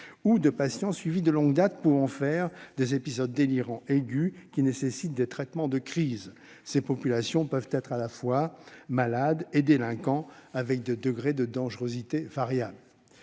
soit de patients suivis de longue date, pouvant faire des épisodes délirants aigus qui nécessitent des traitements de crise. Cette population peut être à la fois malade et délinquante, avec des degrés de dangerosité variable.